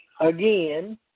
Again